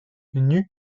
nue